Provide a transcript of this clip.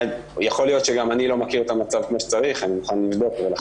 יכול להיות שגם אני לא מכיר את המצב כמו שרציך ואני מוכן לבדוק את זה.